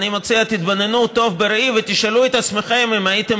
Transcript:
אני מציע שתתבוננו טוב בראי ותשאלו את עצמכם אם הייתם